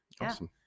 Awesome